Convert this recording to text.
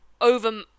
over